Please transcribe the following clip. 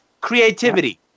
Creativity